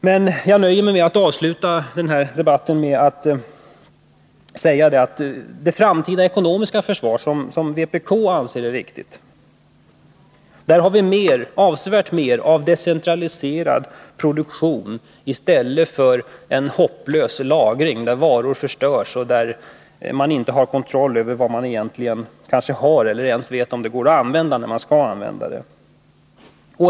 Men jag nöjer mig med att avsluta den här debatten med att säga att vi i det framtida ekonomiska försvar som vpk anser riktigt har med avsevärt mer av decentraliserad produktion i stället för en hopplös lagring, där varor förstörs och där man inte har kontroll över vad man egentligen har — kanske man inte ens vet om det går att använda när man skall göra det.